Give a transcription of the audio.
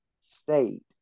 state